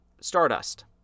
Stardust